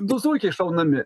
du zuikiai šaunami